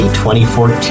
2014